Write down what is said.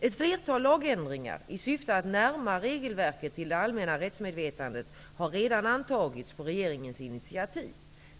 Ett flertal lagändringar i syfte att närma regelverket till det allmänna rättsmedvetandet har redan antagits på regeringens initiativ.